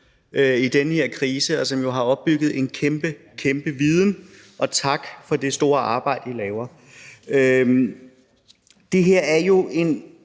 i den her krise, og som jo har opbygget en kæmpe, kæmpe viden. Tak for det store arbejde, I laver. Det her er en